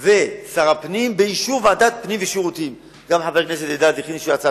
שגם חבר כנסת אשר הסיעה